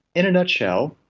in a nutshell,